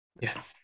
yes